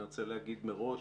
אני רוצה לומר מראש